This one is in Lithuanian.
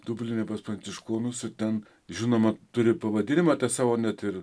dubline pas pranciškonus ir ten žinoma turi pavadinimą tą savo net ir